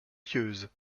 pieuse